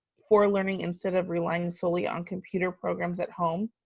for learning instead of relying solely on computer programs at home